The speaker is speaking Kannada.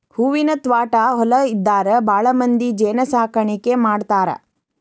ಹೂವಿನ ತ್ವಾಟಾ ಹೊಲಾ ಇದ್ದಾರ ಭಾಳಮಂದಿ ಜೇನ ಸಾಕಾಣಿಕೆ ಮಾಡ್ತಾರ